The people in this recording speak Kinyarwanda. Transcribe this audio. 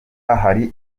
hari